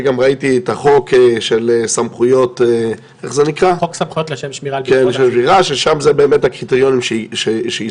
גם ראיתי את חוק סמכויות לשם שמירה ששם זה באמת הקריטריונים שהזכרת,